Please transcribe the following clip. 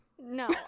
No